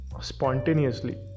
spontaneously